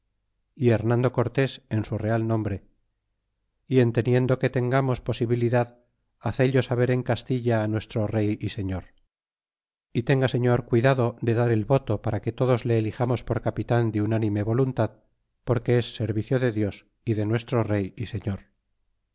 y hernando cortes en su real nombre y en teniendo que tengamos posibilidad hacello saber en castilla nuestro rey y señor y tenga señor cuidado de dar el voto para que todos le elijamos por capitan de nnnime voluntad porque es servicio de dios y de nuestro rey y señor